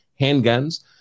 handguns